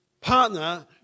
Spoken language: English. partner